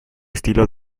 estilo